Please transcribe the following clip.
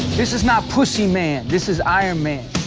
this is not pussy man. this is iron man.